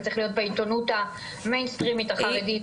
זה צריך להיות בעיתונות המיין-סטרימית החרדית,